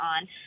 on